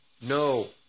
No